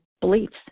beliefs